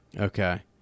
Okay